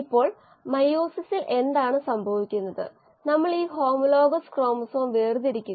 single കോശ protein 1970 കളിലും 80 കളിലും കന്നുകാലികൾക്ക് കാലിത്തീറ്റയായി വളരെ പ്രചാരത്തിൽ വന്നതായിരുന്നു